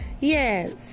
Yes